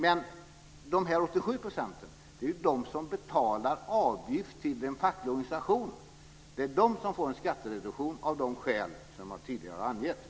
Men det är ju de 87 procenten som betalar avgift till en facklig organisation som får en skattereduktion av de skäl som jag tidigare har angett.